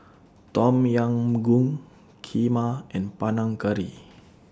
Tom Yam Goong Kheema and Panang Curry